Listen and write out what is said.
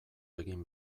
egin